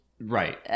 right